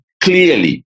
clearly